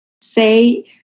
say